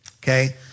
okay